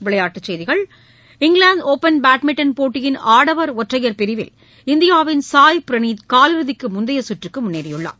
விளையாட்டுச்செய்தி இங்கிலாந்துடுபள் பேட்மின்டன் போட்டியின் ஆடவர் ஒற்றையர் பிரிவில் இந்தியாவின் சாய் பிரனீத் காலிறுதிக்குமுந்தையசுற்றுக்குமுன்னேறியுள்ளார்